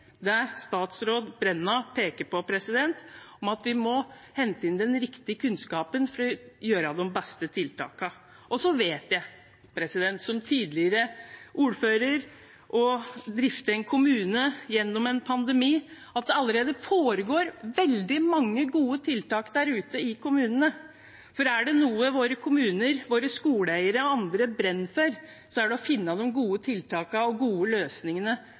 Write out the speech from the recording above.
statsråd Brenna peker på, at vi må hente inn den riktige kunnskapen for å gjøre de beste tiltakene. Så vet jeg, som tidligere ordfører og om å drifte en kommune gjennom en pandemi, at det allerede foregår veldig mange gode tiltak der ute i kommunene. Er det noe våre kommuner, våre skoleeiere og andre brenner for, er det å finne de gode tiltakene og gode løsningene